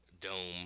dome